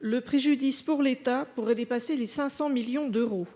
le préjudice pour l’État pourrait dépasser les 500 millions d’euros.